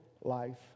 life